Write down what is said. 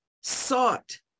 sought